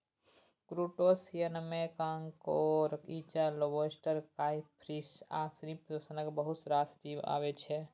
क्रुटोशियनमे कांकोर, इचना, lobster, crayfish आ श्रिंप सनक बहुत रास जीब अबै छै